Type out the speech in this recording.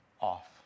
off